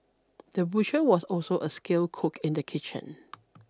the butcher was also a skilled cook in the kitchen